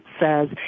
says